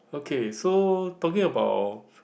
okay so talking about